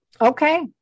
Okay